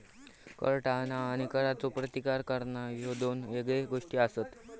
कर टाळणा आणि करचो प्रतिकार करणा ह्ये दोन येगळे गोष्टी आसत